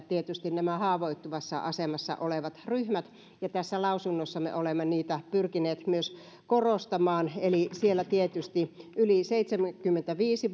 tietysti nämä haavoittuvassa asemassa olevat ryhmät ja tässä lausunnossa me olemme niitä pyrkineet myös korostamaan eli siellä ovat tietysti yli seitsemänkymmentäviisi